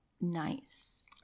nice